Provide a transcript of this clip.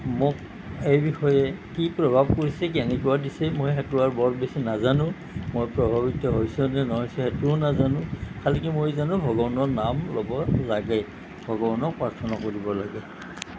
মোক এই বিষয়ে কি প্ৰভাৱ পৰিছে জ্ঞান শিকোৱা দিছে মই সেইটো আৰু বৰ বেছি নাজানো মই প্ৰভাৱিত হৈছোঁ নে নহৈছোঁ সেইটোও নাজানো খালী কি মই জানো ভগৱানৰ নাম ল'ব লাগে ভগৱানক প্ৰাৰ্থনা কৰিব লাগে